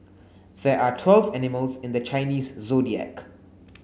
there are twelve animals in the Chinese Zodiac